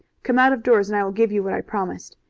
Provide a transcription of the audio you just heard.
come out of doors and i will give you what i promised.